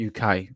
UK